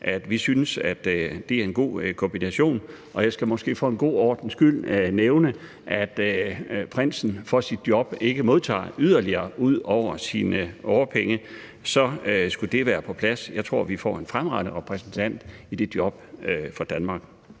at vi synes, at det er en god kombination. Jeg skal måske for en god ordens skyld nævne, at prinsen for sit job ikke modtager yderligere vederlag ud over sine årpenge – så skulle det være på plads. Jeg tror, vi får en fremragende repræsentant for Danmark